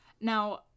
Now